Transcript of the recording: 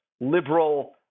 liberal